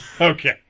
Okay